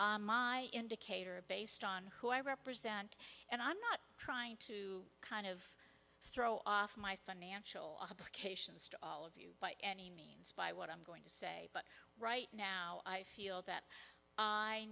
now my indicator based on who i represent and i'm not trying to kind of throw off my financial implications to all of you by any means by what i'm going to say but right now i feel that i